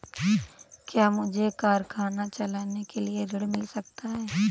क्या मुझे कारखाना चलाने के लिए ऋण मिल सकता है?